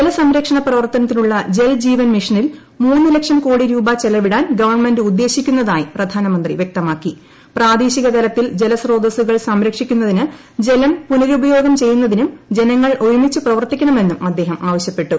ജലസംരക്ഷണ പ്രവർത്തനത്തിനുള്ള ജൽജീവൻ മിഷനിൽ മൂന്ന് ലക്ഷം കോടി രൂപ ച്ചെല്പിടാൻ ഗവൺമെന്റ് ഉദ്ദേശിക്കുന്നതായി പ്രധാനമന്ത്രി വ്യക്തമാക്കി പ്രാദേശിക തലത്തിൽ ജലസ്ത്രോസുകൾ സംരക്ഷിക്കുന്നതിന് ജലം പുനരുപോയോഗം ചെയ്യുന്നതിനും ജനങ്ങൾ ഒരുമിച്ച് പ്രവർത്തിക്കണമെന്നും അദ്ദേഹം ആവശ്യപ്പെട്ടു